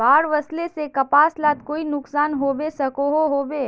बाढ़ वस्ले से कपास लात कोई नुकसान होबे सकोहो होबे?